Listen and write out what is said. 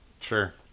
Sure